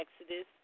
Exodus